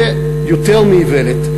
זה יותר מאיוולת.